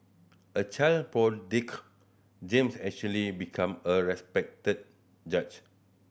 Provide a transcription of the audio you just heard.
a child James actually become a respected judge